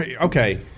okay